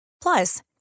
Plus